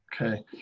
okay